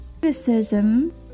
criticism